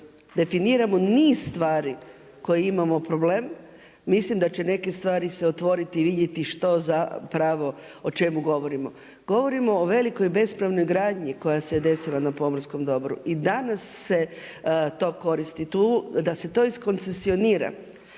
definiramo niz stvari, koji imamo problem, mislim da će neke stvari se otvoriti i vidjeti o čemu govorimo. Govorimo o velikoj bespravnoj gradnji koja se desila na pomorskom dobru, i danas se to koristi tu, da se to iskoncesionira.